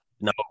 No